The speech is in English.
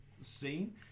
scene